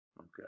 okay